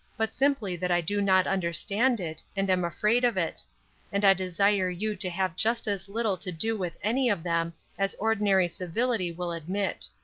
but simply that i do not understand it, and am afraid of it and i desire you to have just as little to do with any of them as ordinary civility will admit.